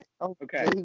Okay